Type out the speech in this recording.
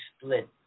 split